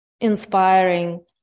inspiring